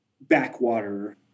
backwater